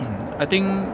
I think